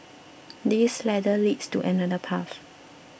this ladder leads to another path